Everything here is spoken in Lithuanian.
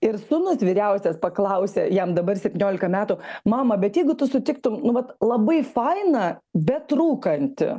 ir sūnus vyriausias paklausė jam dabar septyniolika metų mama bet jeigu tu sutiktum nu vat labai fainą bet rūkantį